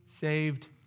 saved